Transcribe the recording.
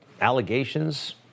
allegations